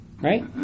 right